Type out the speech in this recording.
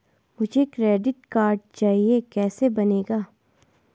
मुझे credit card चाहिए कैसे बनेगा?